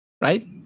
right